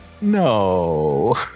No